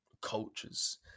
cultures